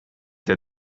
der